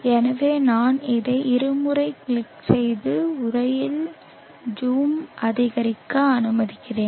எனவே நான் அதை இருமுறை கிளிக் செய்து உரையில் ஜூம் அதிகரிக்க அனுமதிக்கிறேன்